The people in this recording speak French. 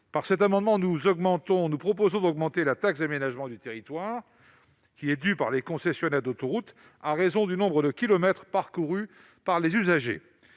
schémas anciens. Nous proposons d'augmenter la taxe d'aménagement du territoire due par les concessionnaires d'autoroutes à raison du nombre de kilomètres parcourus par les usagers.